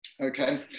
okay